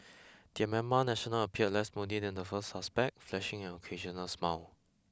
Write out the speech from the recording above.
the Myanmar national appeared less moody than the first suspect flashing in an occasional smile